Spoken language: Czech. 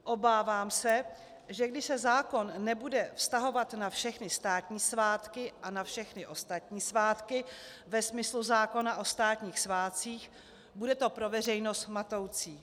Obávám se, že když se zákon nebude vztahovat na všechny státní svátky a na všechny ostatní svátky ve smyslu zákona o státních svátcích, bude to pro veřejnost matoucí.